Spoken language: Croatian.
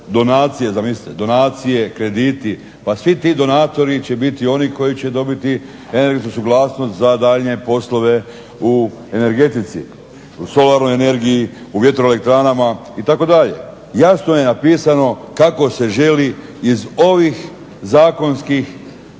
zamislite "krediti". Pa svi ti donatori će biti oni koji će dobiti energetsku suglasnost za daljnje poslove u energetici u solarnoj energiji u vjetroelektranama itd. Jasno je napisano kako se želi iz ovih zakonskih